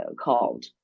called